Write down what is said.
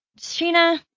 Sheena